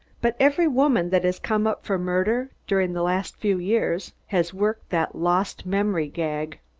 but every woman that has come up for murder during the last few years, has worked that lost memory gag.